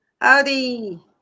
Howdy